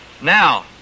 Now